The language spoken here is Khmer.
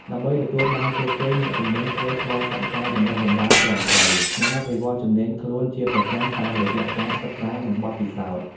ដើម្បីទទួលបានជោគជ័យ អ្នកជំនាញត្រូវឆ្លងកាត់ការបណ្ដុះបណ្ដាលត្រឹមត្រូវ និងអភិវឌ្ឍជំនាញខ្លួនជាប្រចាំតាមរយៈការសិក្សានិងបទពិសោធន៍។